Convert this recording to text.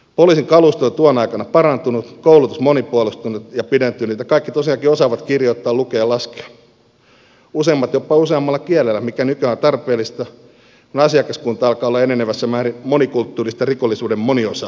poliisin kalusto on tuona aikana parantunut koulutus monipuolistunut ja pidentynyt ja kaikki tosiaankin osaavat kirjoittaa lukea ja laskea useimmat jopa useammalla kielellä mikä nykyään on tarpeellista kun asiakaskunta alkaa olla enenevässä määrin monikulttuurista rikollisuuden moniosaajaa